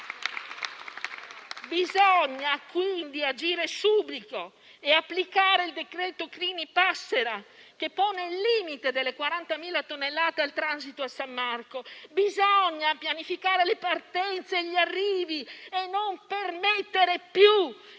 Bisogna quindi agire subito e applicare il cosiddetto decreto Clini-Passera che pone il limite delle 40.000 tonnellate al transito a San Marco. Bisogna pianificare le partenze e gli arrivi e non permettere più